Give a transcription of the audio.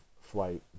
flight